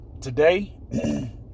Today